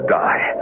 die